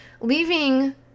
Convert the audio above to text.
Leaving